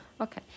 Okay